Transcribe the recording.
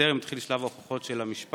וטרם התחיל שלב ההוכחות של המשפט.